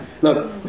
Look